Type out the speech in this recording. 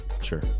sure